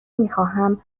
میخواهم